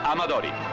Amadori